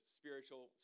spiritual